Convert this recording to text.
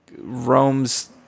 roams